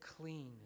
clean